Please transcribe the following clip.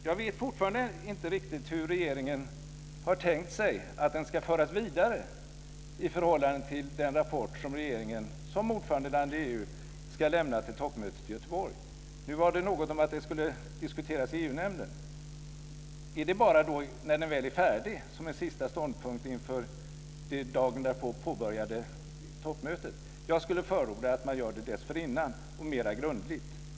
Jag vet fortfarande inte riktigt hur regeringen har tänkt sig att den ska föras vidare i förhållande till den rapport som regeringen som ordförandeland i EU ska lämna till toppmötet i Göteborg. Nu sades det något om att den skulle diskuteras i EU nämnden. Ska det ske bara när den väl är färdig som en sista ståndpunkt inför det toppmöte som påbörjas dagen därpå? Jag skulle förorda att man gör det dessförinnan och mer grundligt.